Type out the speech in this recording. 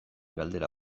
galdera